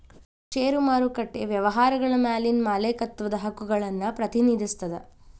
ಷೇರು ಮಾರುಕಟ್ಟೆ ವ್ಯವಹಾರಗಳ ಮ್ಯಾಲಿನ ಮಾಲೇಕತ್ವದ ಹಕ್ಕುಗಳನ್ನ ಪ್ರತಿನಿಧಿಸ್ತದ